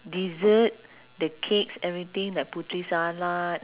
student jobs and career food